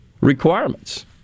requirements